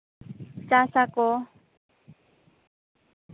ᱪᱟᱥᱟᱠᱚ